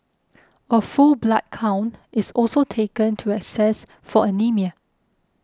a full blood count is also taken to assess for anaemia